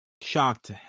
shocked